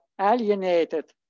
alienated